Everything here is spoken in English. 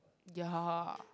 ya